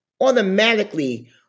Automatically